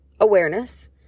awareness